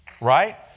Right